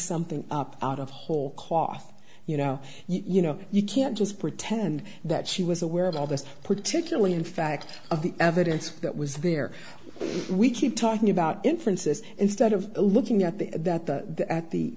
something up out of whole cloth you know you know you can't just pretend that she was aware of all this particularly in fact of the evidence that was there we keep talking about inferences instead of looking at the that the at the at the